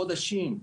חודשים,